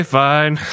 fine